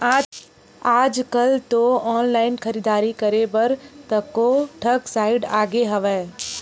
आजकल तो ऑनलाइन खरीदारी करे बर कतको ठन साइट आगे हवय